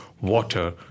water